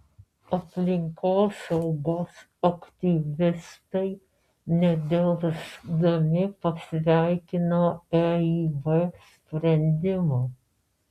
aplinkosaugos aktyvistai nedelsdami pasveikino eib sprendimą